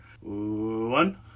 One